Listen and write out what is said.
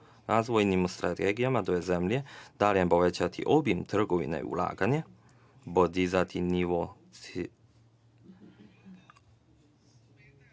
razvojnim strategijama dve zemlje, dalje povećati obim trgovine i ulaganja, podizati nivo